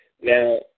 Now